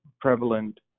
prevalent